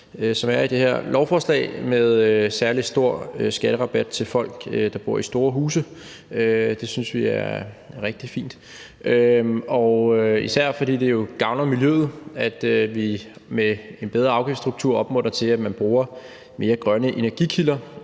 som er i det her lovforslag, med en særlig stor skatterabat til folk, der bor i store huse. Det synes vi er rigtig fint, især fordi det jo gavner miljøet, at vi med en bedre afgiftsstruktur opmuntrer til, at man bruger mere grønne energikilder